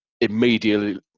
immediately